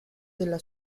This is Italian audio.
della